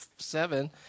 Seven